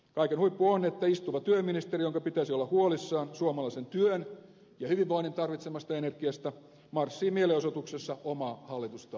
kaiken huippu on että istuva työministeri jonka pitäisi olla huolissaan suomalaisen työn ja hyvinvoinnin tarvitsemasta energiasta marssii mielenosoituksessa omaa hallitustaan vastaan